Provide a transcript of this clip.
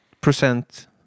percent